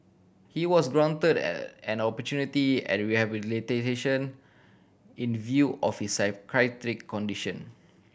he was granted an an opportunity at rehabilitation in view of his psychiatric condition